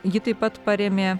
jį taip pat parėmė